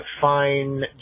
fine